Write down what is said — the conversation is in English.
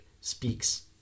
speaks